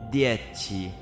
Dieci